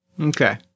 okay